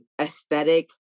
aesthetic